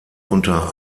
unter